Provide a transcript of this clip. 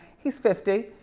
he's fifty,